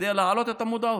כדי להעלות את המודעות.